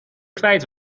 kwijt